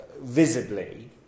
visibly